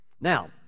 Now